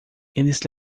eles